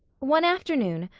one afternoon,